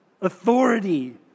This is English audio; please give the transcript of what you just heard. authority